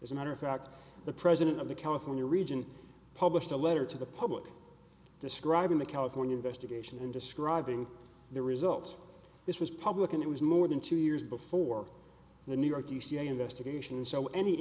as a matter of fact the president of the california region published a letter to the public describing the california based again and describing the result this was public and it was more than two years before the new york dca investigation so any